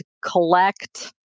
collect